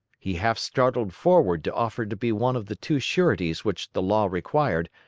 he half started forward to offer to be one of the two sureties which the law required,